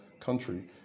country